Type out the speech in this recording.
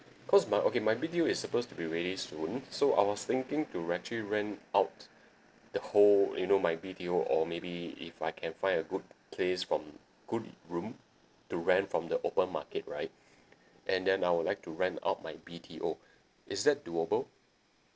because my okay my B_T_O is supposed to be ready soon so I was thinking to actually rent out the whole you know my B_T_O or maybe if I can find a good place from good room to rent from the open market right and then I'll like to rent out my B_T_O is that doable